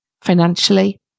financially